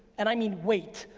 and i mean wait,